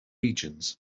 regions